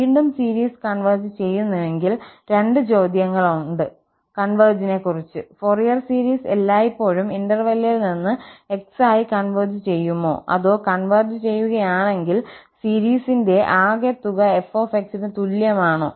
വീണ്ടും series converge ചെയ്യുന്നുവെങ്കിൽ രണ്ട് ചോദ്യങ്ങളുണ്ട് കൺവെർജിനെക്കുറിച്ച് ഫോറിയർ സീരീസ് എല്ലായ്പ്പോഴും ഇന്റെർവെല്ലിൽ നിന്ന് x ആയി കൺവെർജ് ചെയ്യുമോ അതോ കൺവെർജ് ചെയ്യുകയാണെങ്കിൽ സീരീസിന്റെ ആകെത്തുക f ന് തുല്യമാണോ